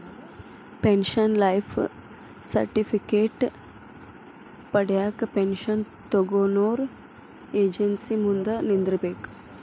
pension life certificate ಪಡ್ಯಾಕ pension ತೊಗೊನೊರ agency ಮುಂದ ನಿಂದ್ರಬೇಕ್